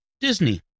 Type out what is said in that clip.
Disney